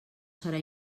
serà